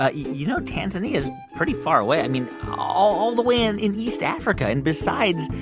ah you know, tanzania's pretty far away, i mean, all all the way in in east africa. and, besides,